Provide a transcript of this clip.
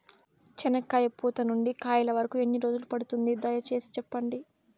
చెనక్కాయ పూత నుండి కాయల వరకు ఎన్ని రోజులు పడుతుంది? దయ సేసి చెప్పండి?